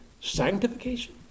Sanctification